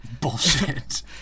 bullshit